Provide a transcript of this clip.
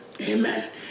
Amen